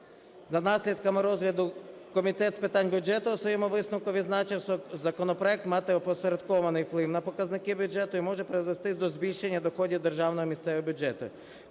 За наслідками розгляду Комітет з питань бюджету в своєму висновку відзначив, що законопроект має опосередкований вплив на показники бюджету і може призвести до збільшення доходів державного і місцевих бюджетів.